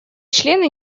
члены